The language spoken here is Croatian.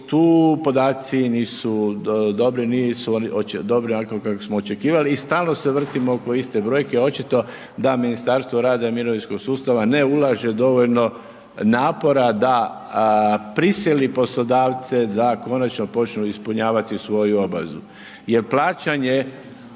tu podaci nisu dobri, nisu dobri onako kako smo očekivali i stalno se vrtimo oko iste brojke, očito da Ministarstvo rada i mirovinskog sustava ne ulaže dovoljno napora da prisili poslodavce da konačno počnu ispunjavati svoju obavezu. Jer plaćanje